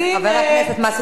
אז הנה,